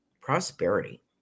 prosperity